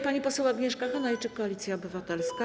Pani poseł Agnieszka Hanajczyk, Koalicja Obywatelska.